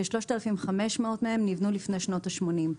כ-3,500 מהם נבנו לפני שנות ה-80,